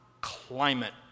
climate